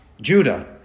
Judah